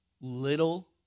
little